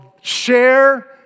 Share